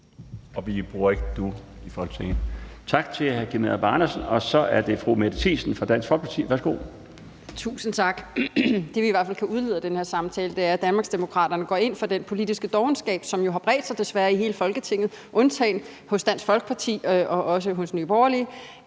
Vi siger ikke »du« i Folketinget. Tak til hr. Kim Edberg Andersen. Så er det fru Mette Thiesen fra Dansk Folkeparti. Værsgo. Kl. 11:37 Mette Thiesen (DF): Tusind tak. Det, vi i hvert fald kan udlede af den her samtale, er, at Danmarksdemokraterne går ind for den politiske dovenskab, som jo har bredt sig, desværre, i hele Folketinget, undtagen til Dansk Folkeparti og også Nye Borgerlige,